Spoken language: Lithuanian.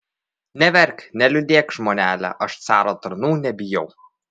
neverk neliūdėk žmonele aš caro tarnų nebijau